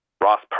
Ross